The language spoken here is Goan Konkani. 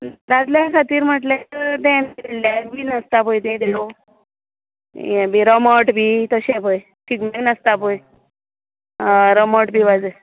दादल्यां खातीर म्हणल्यार ते ब्ले बी आसता पय लेयो ये बी रमोट बी तशें पय शिगमे नाचता पय रमट बी वाज